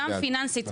גם פיננסית,